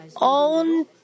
own